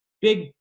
big